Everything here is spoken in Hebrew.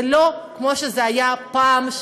זה לא כמו שזה היה פעם,